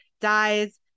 dies